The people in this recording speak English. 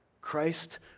Christ